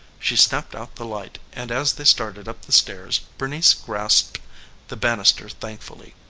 she snapped out the light, and as they started up the stairs bernice grasped the banister thankfully.